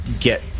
get